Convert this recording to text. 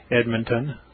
Edmonton